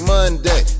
Monday